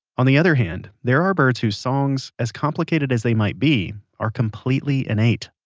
on the other hand, there are birds whose songs, as complicated as they might be, are completely innate.